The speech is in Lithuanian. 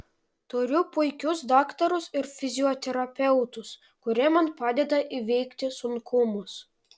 turiu puikius daktarus ir fizioterapeutus kurie man padeda įveikti sunkumus